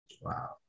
Wow